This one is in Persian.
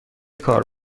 کار